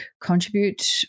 contribute